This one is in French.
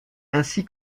ainsi